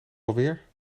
alweer